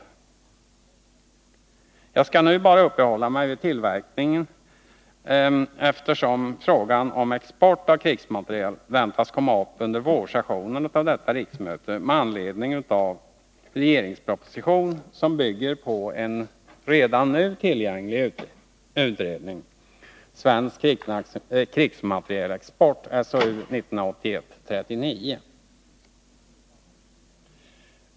Jag skall nu uppehålla 18 november 1981 mig endast vid tillverkningen, eftersom frågan om export av krigsmateriel väntas komma upp under vårsessionen av detta riksmöte med anledning av en regeringsproposition som bygger på en redan nu tillgänglig utredning, nämligen Svensk krigsmaterielexport .